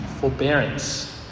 forbearance